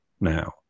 now